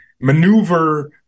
maneuver